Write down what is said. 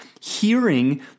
hearing